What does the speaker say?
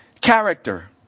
character